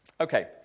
Okay